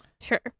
Sure